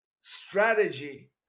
Strategy